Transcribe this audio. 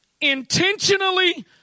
intentionally